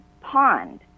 pond